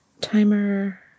Timer